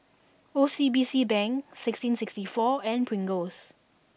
O C B C Bank sixteen sixty four and Pringles